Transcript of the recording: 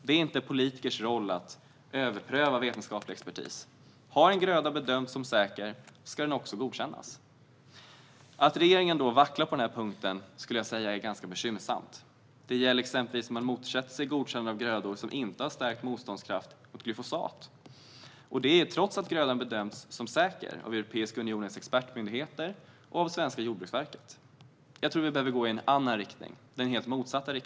Det är inte politikers roll att överpröva vetenskaplig expertis; har en gröda bedömts som säker ska den också godkännas. Att regeringen vacklar på denna punkt skulle jag säga är ganska bekymmersamt. Man motsätter sig exempelvis ett godkännande av grödor som inte har stärkt motståndskraft mot glyfosat, trots att grödan har bedömts som säker av Europeiska unionens expertmyndigheter och det svenska jordbruksverket. Jag tror att vi behöver gå i en annan riktning - den helt motsatta.